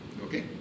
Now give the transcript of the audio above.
Okay